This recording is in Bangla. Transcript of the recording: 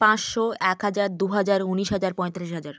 পাঁচশো এক হাজার দু হাজার ঊনিশ হাজার পঁয়তাল্লিশ হাজার